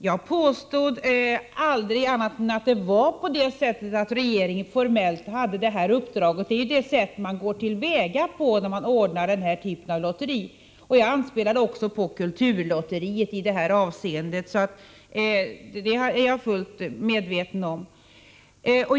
Jag har aldrig påstått annat än att regeringen formellt hade detta uppdrag. Det är det sätt som man går till väga på när man ordnar denna typ av lotteri. Jag anspelade också på kulturlotteriet i detta avseende, så likheten med det lotteriet är jag fullt medveten om.